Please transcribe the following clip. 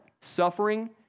Suffering